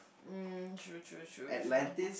um true true true true